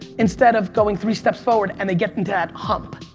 instead of going three steps forward, and they get into that hump.